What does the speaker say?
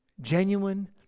genuine